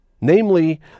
Namely